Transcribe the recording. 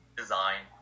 design